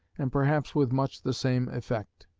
and perhaps with much the same effect.